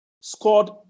scored